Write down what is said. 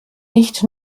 nicht